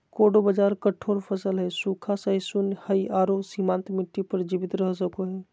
कोडो बाजरा कठोर फसल हइ, सूखा, सहिष्णु हइ आरो सीमांत मिट्टी पर जीवित रह सको हइ